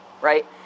right